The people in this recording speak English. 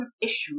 issues